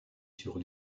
sur